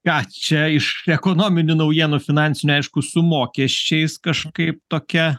ką čia iš ekonominių naujienų finansinių aišku su mokesčiais kažkaip tokia